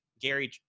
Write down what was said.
Gary